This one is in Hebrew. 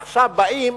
עכשיו באים